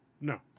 No